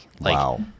Wow